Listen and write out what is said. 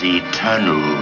eternal